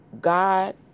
God